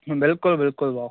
बिल्कुलु बिल्कुलु भाऊ